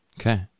Okay